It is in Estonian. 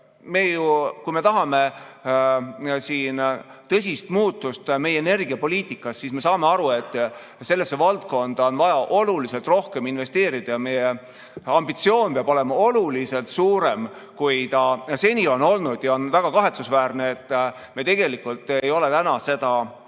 Kui me tahame siin tõsist muutust meie energiapoliitikas, siis me saame aru, et sellesse valdkonda on vaja oluliselt rohkem investeerida ja meie ambitsioon peab olema tunduvalt suurem, kui see seni on olnud. On väga kahetsusväärne, et me tegelikult ei ole asunud seda probleemi